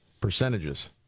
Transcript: Percentages